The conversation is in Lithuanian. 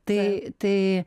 tai tai